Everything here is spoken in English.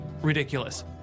ridiculous